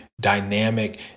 dynamic